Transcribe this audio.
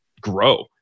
grow